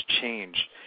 Change